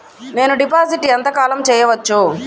నేను డిపాజిట్ ఎంత కాలం చెయ్యవచ్చు?